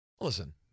Listen